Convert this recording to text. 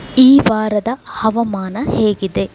ಈ ವಾರದ ಹವಾಮಾನ ಹೇಗಿದೆ